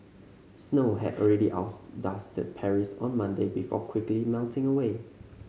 snow had already dusted Paris on Monday before quickly melting away